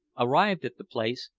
arrived at the place,